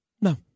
no